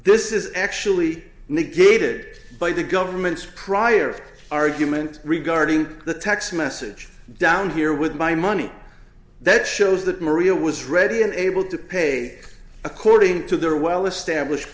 this is actually negated by the government's prior argument regarding the text message down here with my money that shows that maria was ready and able to pay according to their well established